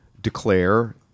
declare